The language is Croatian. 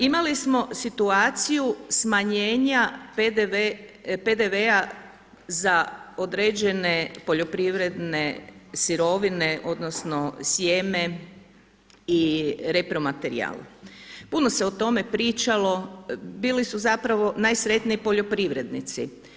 Imali smo situaciju smanjenja PDV-a za određene poljoprivredne sirovine odnosno sjeme i repromaterijal, puno se o tome pričalo bili su zapravo najsretniji poljoprivrednici.